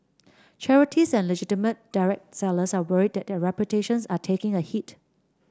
charities and legitimate direct sellers are worried that their reputations are taking a hit